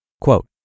Quote